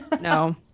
No